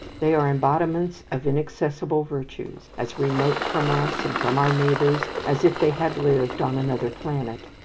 they are embodiments of inaccessible virtues, as remote from us and from our neighbours as if they had lived on another planet.